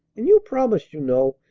and you promised, you know,